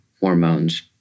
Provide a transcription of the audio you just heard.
hormones